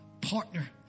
partner